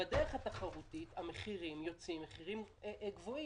ובדרך התחרותית המחירים גבוהים.